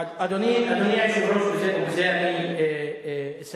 אדוני היושב-ראש, ובזה אני אסיים,